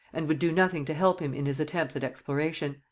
and would do nothing to help him in his attempts at exploration.